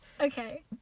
Okay